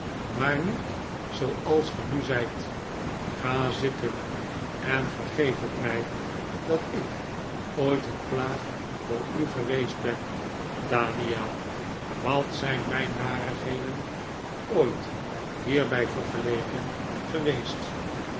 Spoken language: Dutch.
maar niet zooals ge nu zijt ga zitten en vergeef het mij dat ik ooit een plaag voor u geweest ben daniel wat zijn m ij n narigheden ooit hierbij vergeleken geweest